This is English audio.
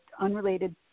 unrelated